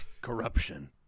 Corruption